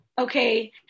Okay